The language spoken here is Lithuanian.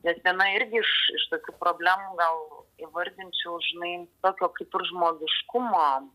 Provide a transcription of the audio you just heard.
bet viena irgi iš iš tokių problemų gal įvardinčiau žinai tokio kaip ir žmogiškumo